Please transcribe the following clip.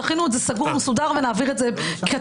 תכינו את זה סגור ומסודר ונעביר את זה קטגורית,